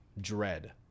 dread